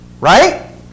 Right